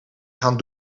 gaan